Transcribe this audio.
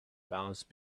balance